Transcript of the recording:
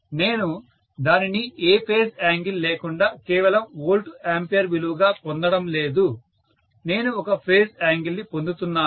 నేను దానిని ఏ ఫేజ్ యాంగిల్ లేకుండా కేవలం వోల్ట్ ఆంపియర్ విలువగా పొందడం లేదు నేను ఒక ఫేజ్ యాంగిల్ ని పొందుతున్నాను